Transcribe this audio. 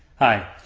hi,